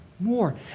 More